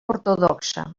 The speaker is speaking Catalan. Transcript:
ortodoxa